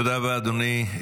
תודה רבה, אדוני.